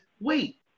wait